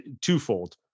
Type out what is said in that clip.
twofold